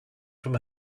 from